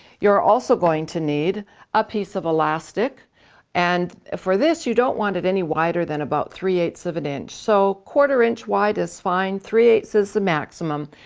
you're also going to need a piece of elastic and for this. you don't want it any wider than about three eight so of an inch so quarter-inch wide is fine three eight so is the maximum.